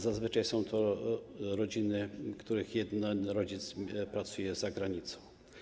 Zazwyczaj są to rodziny, w których jeden rodzic pracuje za granicą.